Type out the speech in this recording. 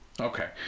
okay